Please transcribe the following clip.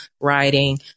writing